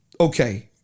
Okay